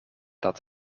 dat